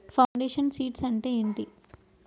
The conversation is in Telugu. ఫౌండేషన్ సీడ్స్ అంటే ఏంటి?